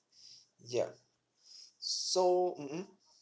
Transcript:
yea so mmhmm